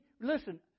listen